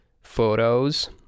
photos